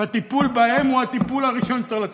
והטיפול בהם הוא הטיפול הראשון שצריך לתת.